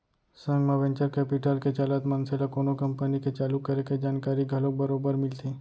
संग म venture capital के चलत मनसे ल कोनो कंपनी के चालू करे के जानकारी घलोक बरोबर मिलथे